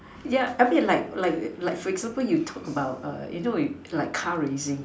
yeah a bit like like like for example you talk about err you know it like car racing